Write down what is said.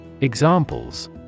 Examples